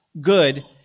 good